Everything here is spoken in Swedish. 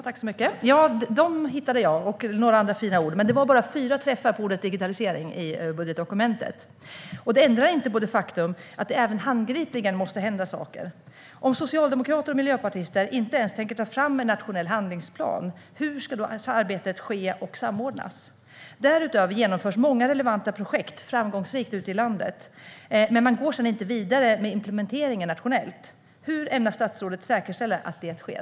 Herr talman! Jag hittade dessa och några andra fina ord, men i budgetdokumentet gav ordet digitalisering bara fyra träffar. Det ändrar heller inte det faktum att det även handgripligen måste hända saker. Om socialdemokrater och miljöpartister inte ens tänker ta fram en nationell handlingsplan, hur ska då arbetet ske och samordnas? Därutöver genomförs många relevanta projekt framgångsrikt ute i landet, men man går sedan inte vidare med implementeringen nationellt. Hur ämnar statsrådet säkerställa att det sker?